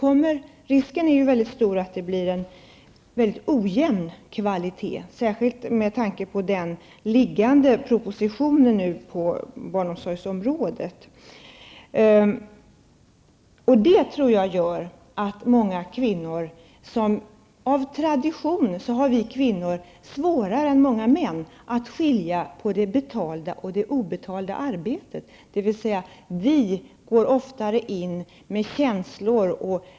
Risken är stor att det blir en ojämn kvalitet, särskilt med tanke på den nyss framlagda propositionen på barnomsorgsområdet. Av tradition har vi kvinnor svårare än många män att skilja på det betalda och det obetalda arbetet. Vi går oftare in med känslor.